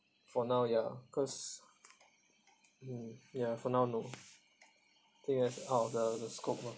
for now ya cause mm ya for now no think it's out of the scope loh